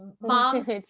moms